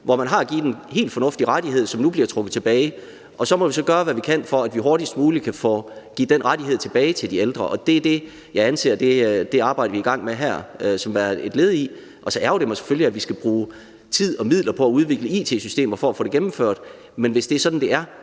hvor man har givet en helt fornuftig rettighed, som nu bliver trukket tilbage. Så må vi gøre, hvad vi kan, for, at vi hurtigst muligt kan give den rettighed tilbage til de ældre, og det er det, jeg anser det arbejde, vi er i gang med her, som værende et led i. Så ærgrer det mig selvfølgelig, at vi skal bruge tid og midler på at udvikle it-systemer for at få det gennemført. Men hvis det er sådan, det er,